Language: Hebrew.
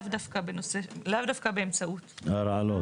לאו דווקא באמצעות הרעלות.